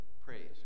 praise